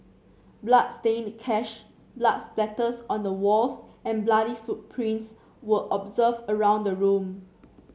bloodstained cash blood splatters on the walls and bloody footprints were observed around the room